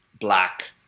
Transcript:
black